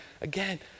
Again